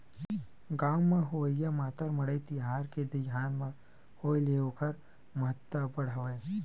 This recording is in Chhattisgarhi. गाँव म होवइया मातर मड़ई तिहार के दईहान म होय ले ओखर महत्ता अब्बड़ हवय